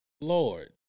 Lord